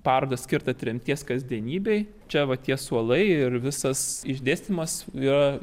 parodą skirtą tremties kasdienybei čia va tie suolai ir visas išdėstymas yra